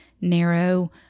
narrow